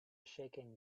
shaking